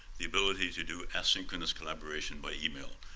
the ability to do asynchronous collaboration by email,